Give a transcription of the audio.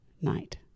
night